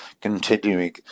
continuing